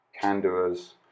can-doers